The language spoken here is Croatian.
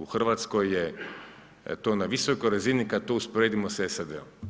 U Hrvatskoj je to na visokoj razini kad to usporedimo sa SAD-om,